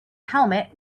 helmet